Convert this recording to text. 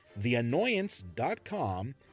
theannoyance.com